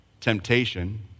temptation